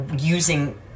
using